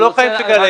לא "חיים שכאלה".